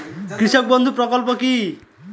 কৃষক বন্ধু প্রকল্প কি?